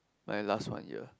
my last one year